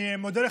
תומכת,